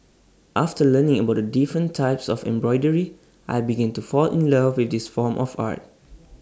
after learning about the different types of embroidery I began to fall in love with this form of art